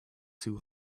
too